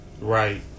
Right